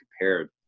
compared